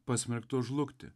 pasmerktos žlugti